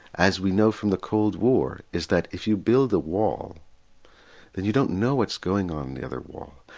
as we know from the cold war, is that if you build a wall then you don't know what's going on in the other side